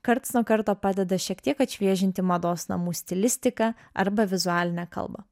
karts nuo karto padeda šiek tiek atšviežinti mados namų stilistiką arba vizualinę kalbą